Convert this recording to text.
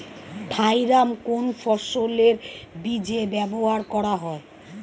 Thiram কোন ফসলের বীজে ব্যবহার করা হয়?